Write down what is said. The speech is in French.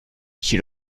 qui